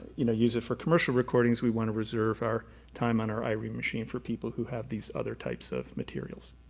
you know, use it for commercial recordings, we want to reserve our time on our irene machine for people who have these other types of materials.